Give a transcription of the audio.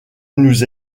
nous